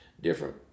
different